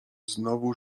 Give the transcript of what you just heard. znowu